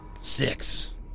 Six